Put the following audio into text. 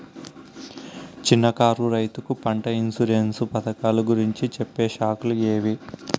చిన్న కారు రైతుకు పంట ఇన్సూరెన్సు పథకాలు గురించి చెప్పే శాఖలు ఏవి?